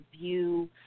view